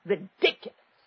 Ridiculous